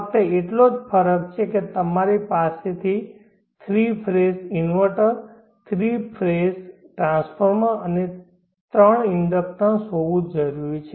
ફક્ત એટલો જ ફરક છે કે તમારી પાસે three phase inverter 3 three phase transformer અને 3 ઇન્ડક્ટર્સ હોવું જરૂરી છે